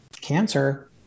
cancer